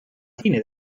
fine